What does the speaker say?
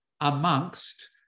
amongst